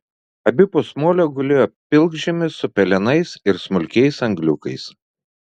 abipus molio gulėjo pilkžemis su pelenais ir smulkiais angliukais